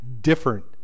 different